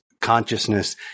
consciousness